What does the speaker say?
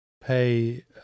pay